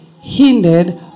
hindered